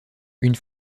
une